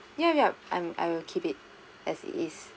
yup yup I'm I will keep it as it is